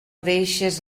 deixes